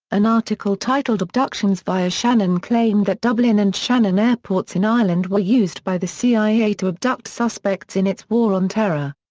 an article titled abductions via shannon claimed that dublin and shannon airports in ireland were used by the cia to abduct suspects in its war on terror.